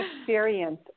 experience